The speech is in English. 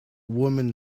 woman